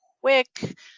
quick